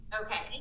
okay